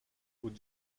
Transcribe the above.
aux